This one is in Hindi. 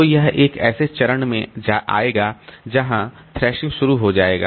तो यह एक ऐसे चरण में आएगा जहां थ्रैशिंग शुरू हो जाएगा